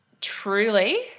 truly –